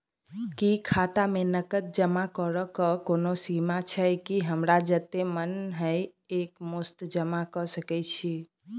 की खाता मे नगद जमा करऽ कऽ कोनो सीमा छई, की हमरा जत्ते मन हम एक मुस्त जमा कऽ सकय छी?